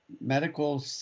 medical